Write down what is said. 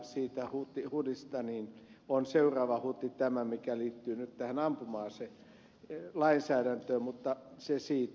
siitä hudista on seuraava huti tämä mikä liittyy nyt tähän ampuma aselainsäädäntöön mutta se siitä